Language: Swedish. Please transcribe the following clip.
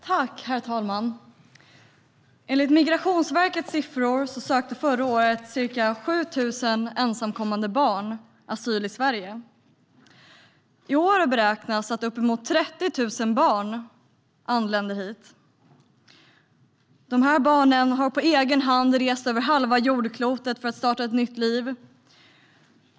Herr talman! Enligt Migrationsverkets siffror sökte förra året ca 7 000 ensamkommande barn asyl i Sverige. I år beräknas uppemot 30 000 barn komma hit. De här barnen har på egen hand rest över halva jordklotet för att starta ett nytt liv.